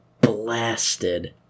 blasted